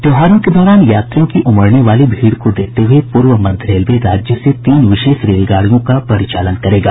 त्यौहारों के दौरान यात्रियों की उमड़ने वाले भीड़ को देखते हुए पूर्व मध्य रेलवे राज्य से तीन विशेष रेलगाड़ियों का परिचालन करेगा